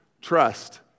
trust